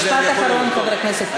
משפט אחרון, חבר הכנסת קיש.